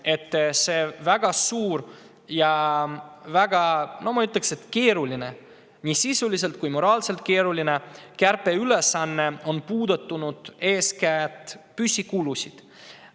et see väga suur ja, ma ütleks, väga keeruline, nii sisuliselt kui ka moraalselt keeruline kärpeülesanne on puudutanud eeskätt püsikulusid.